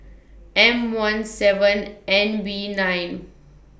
M one seven N V nine